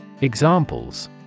Examples